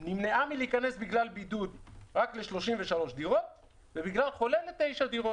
היא נמנעה להיכנס בגלל בידוד רק ל-33 דירות ובגלל חולים בתשע דירות.